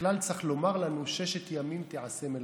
בכלל צריך לומר לנו: ששת ימים תיעשה מלאכה?